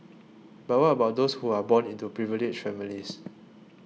but what about those who are born into privileged families